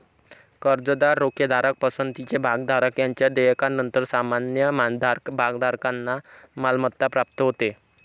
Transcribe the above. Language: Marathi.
कर्जदार, रोखेधारक, पसंतीचे भागधारक यांच्या देयकानंतर सामान्य भागधारकांना मालमत्ता प्राप्त होते